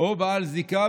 או 'בעל זיקה',